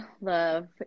love